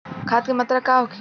खाध के मात्रा का होखे?